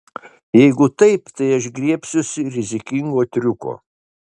jeigu taip tai aš griebsiuosi rizikingo triuko